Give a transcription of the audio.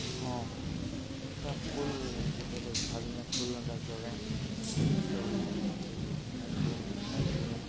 ହଁ ଏନ୍ତା ଫୁଲ୍ ଯେତେବେଲେ ଛୁଆଦିନେ ଫୁଲ୍ ଏନ୍ତା ଜଗେଁ ଜଗେଁ ତା'ପରେ ମାଏଟ୍ କୁଡ଼େଁ ମାଏଟ୍ କୁଡ଼େଁ